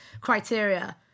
criteria